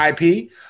IP